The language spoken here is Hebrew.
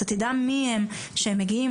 אתה תדע מי הם כשהם מגיעים.